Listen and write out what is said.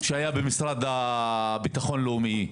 שהיה במשרד לביטחון לאומי,